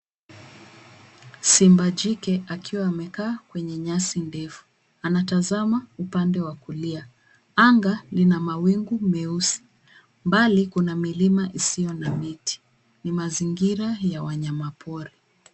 Simba jike akiwa amekaa kwenye nyasi ndefu. Anatazama upande wa kulia. Anga lina mawingu meusi. Mbali kuna milima isiyo na miti. Ni mazingira ya wanyama pori.